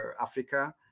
Africa